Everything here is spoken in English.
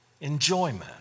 enjoyment